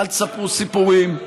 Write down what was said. אל תספרו סיפורים,